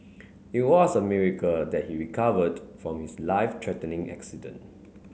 it was a miracle that he recovered from his life threatening accident